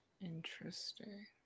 Interesting